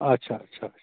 اَچھا اَچھا اَچھا اَچھا